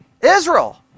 Israel